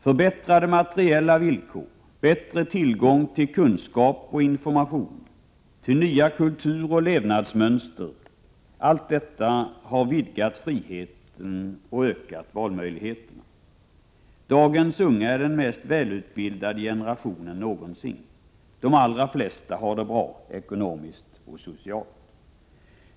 Förbättrade materiella villkor, bättre tillgång till kunskap och information, till nya kulturoch levnadsmönster — allt detta har vidgat friheten och ökat valmöjligheterna. Dagens unga är den mest välutbildade generationen någonsin. De allra flesta har det bra ekonomiskt och socialt.